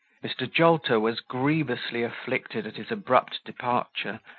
mr. jolter was grievously afflicted at his abrupt departure,